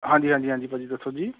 ਹਾਂਜੀ ਹਾਂਜੀ ਹਾਂਜੀ ਭਾਅ ਜੀ ਦੱਸੋ ਜੀ